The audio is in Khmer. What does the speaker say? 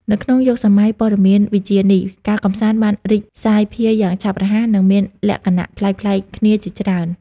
នៅក្នុងយុគសម័យព័ត៌មានវិទ្យានេះ ការកម្សាន្តបានរីកសាយភាយយ៉ាងឆាប់រហ័ស និងមានលក្ខណៈប្លែកៗគ្នាជាច្រើន។